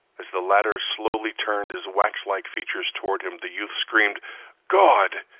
as the latter slowly turned his waxlike features toward him the youth screamed gawd!